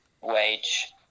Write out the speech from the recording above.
wage